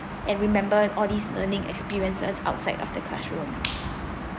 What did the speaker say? and remember all these learning experiences outside of the classroom